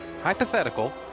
hypothetical